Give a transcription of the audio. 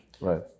Right